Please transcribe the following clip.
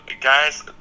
guys